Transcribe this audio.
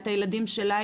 את הילדים שלה,